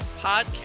Podcast